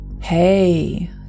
Hey